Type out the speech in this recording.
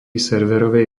serverovej